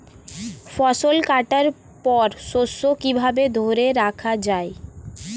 ফসল কাটার পর শস্য কিভাবে ধরে রাখা য়ায়?